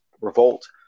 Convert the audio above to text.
revolt